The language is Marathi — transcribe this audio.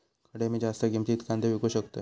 खडे मी जास्त किमतीत कांदे विकू शकतय?